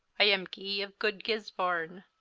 i am guy of good gisbrne.